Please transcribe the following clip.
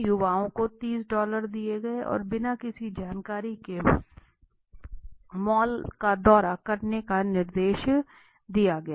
इन युवाओं को 30 डॉलर दिए गए और बिना किसी जानकारी के मॉल का दौरा करने का निर्देश दिया गया